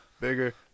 bigger